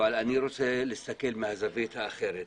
אבל אני רוצה להסתכל מהזווית האחרת.